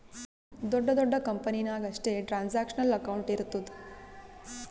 ದೊಡ್ಡ ದೊಡ್ಡ ಕಂಪನಿ ನಾಗ್ ಅಷ್ಟೇ ಟ್ರಾನ್ಸ್ಅಕ್ಷನಲ್ ಅಕೌಂಟ್ ಇರ್ತುದ್